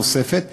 נוספת.